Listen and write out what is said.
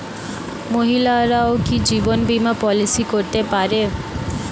মহিলারাও কি জীবন বীমা পলিসি করতে পারে?